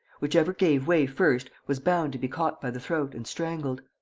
whichever gave way first was bound to be caught by the throat and strangled.